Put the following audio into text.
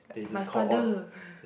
my father